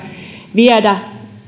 viedä